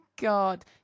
God